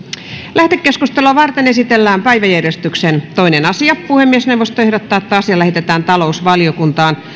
lähetekeskustelua varten esitellään päiväjärjestyksen toinen asia puhemiesneuvosto ehdottaa että asia lähetetään talousvaliokuntaan